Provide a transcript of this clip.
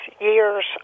years